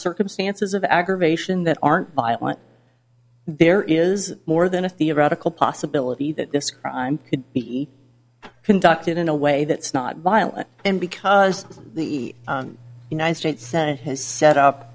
circumstances of aggravation that aren't violent there is more than a theoretical possibility that this crime could be conducted in a way that's not violent and because the united states senate has set up